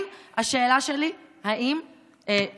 השאלה שלי היא אם תמורת